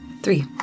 Three